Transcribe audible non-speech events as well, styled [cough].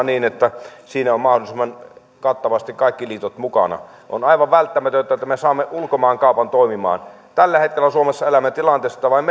[unintelligible] niin että siinä ovat mahdollisimman kattavasti kaikki liitot mukana on aivan välttämätöntä että me saamme ulkomaankaupan toimimaan tällä hetkellä suomessa elämme tilanteessa että vain [unintelligible]